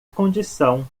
condição